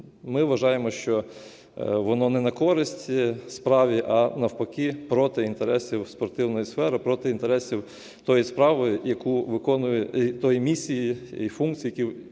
ми вважаємо, що воно не на користь справі, а навпаки, проти інтересів спортивної сфери, проти інтересів тої справи, яку виконує… тої місії і функції, які виконує